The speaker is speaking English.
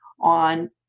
on